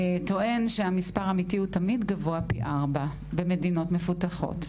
טוען שהמספר האמיתי הוא תמיד גבוה פי ארבעה במדינות מפותחות,